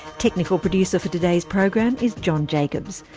technical producer for today's program is john jacobs.